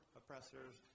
oppressors